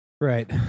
Right